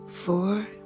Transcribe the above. Four